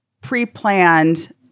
pre-planned